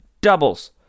doubles